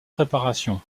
préparation